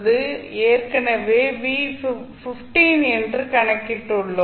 v ஏற்கனவே 15 என்று கணக்கிட்டுள்ளோம்